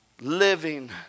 Living